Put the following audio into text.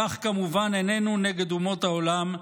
כך כמובן איננו נגד אומות העולם,